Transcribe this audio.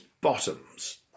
bottoms